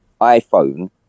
iphone